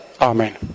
Amen